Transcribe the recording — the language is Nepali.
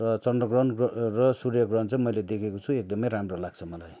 र चन्द्र ग्रहण र सूर्य ग्रहण चैँ मैले देखेको छु एकदमै राम्रो लाग्छ मलाई